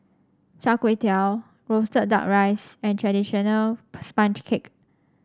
Char Kway Teow roasted duck rice and traditional sponge cake